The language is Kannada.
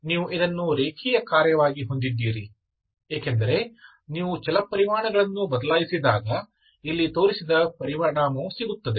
ನೀವು ಇದನ್ನು ರೇಖೀಯ ಕಾರ್ಯವಾಗಿ ಹೊಂದಿದ್ದೀರಿ ಏಕೆಂದರೆ ನೀವು ಚಲಪರಿಮಾಣಗಳನ್ನು ಬದಲಾಯಿಸಿದಾಗ ಇಲ್ಲಿ ತೋರಿಸಿದ ಪರಿಣಾಮವು ಸಿಗುತ್ತದೆ